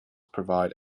provide